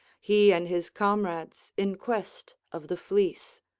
he and his comrades in quest of the fleece.